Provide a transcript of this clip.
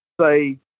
say